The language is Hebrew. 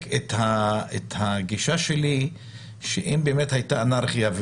את הגישה שלי שאם באמת הייתה אנרכיה,